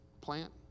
plant